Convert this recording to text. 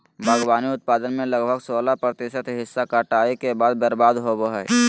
बागवानी उत्पादन में लगभग सोलाह प्रतिशत हिस्सा कटाई के बाद बर्बाद होबो हइ